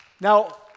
Now